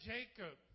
Jacob